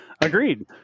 Agreed